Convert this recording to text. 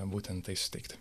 būtent tai suteikti